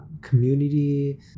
community